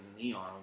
neon